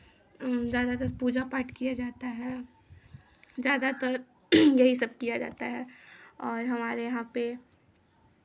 ज़्यादातर पूजा पाठ किया जाता है ज़्यादातर यही सब किया जाता है और हमारे यहाँ पे